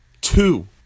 two